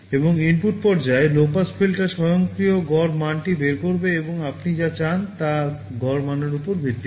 এবং ইনপুট পর্যায়ে low pass filter স্বয়ংক্রিয়ভাবে গড় মানটি বের করবে এবং আপনি যা চান তার গড় মানের উপর ভিত্তি করে